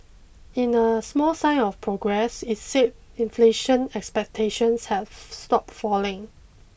in a small sign of progress it said inflation expectations have stopped falling